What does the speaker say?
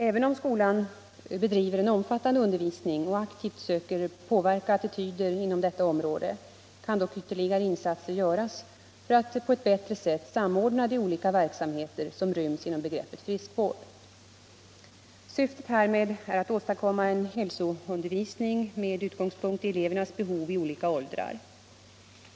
Även om skolan bedriver en omfattande undervisning och aktivt söker påverka attityder inom detta område, kan dock ytterligare insatser göras för att på ett bättre sätt samordna de olika verksamheter som ryms inom begreppet friskvård. Syftet härmed är att åstadkomma en hälsoundervisning med utgångspunkt i elevernas behov i olika åldrar.